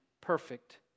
perfect